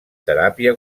teràpia